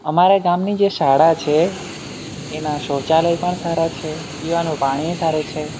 અમારા ગામની જે શાળા છે એનાં શૌચાલય પણ સારાં છે પીવાનું પાણીએ સારું છે